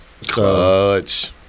Clutch